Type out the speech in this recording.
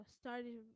started